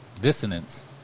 dissonance